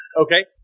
Okay